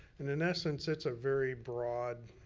and in essence, it's a very broad,